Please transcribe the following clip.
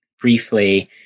briefly